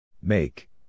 Make